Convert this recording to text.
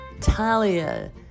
Talia